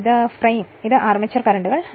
ഇത് ഫ്രെയിം ആണ് ഇതാണ് ആർമേച്ചർ കണ്ടക്ടറുകൾ